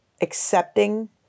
accepting